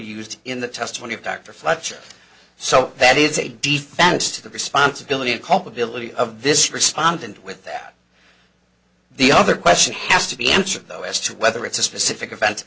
used in the testimony of dr fletcher so that is a defense to the responsibility of culpability of this respondent with that the other question has to be answered though as to whether it's a specific event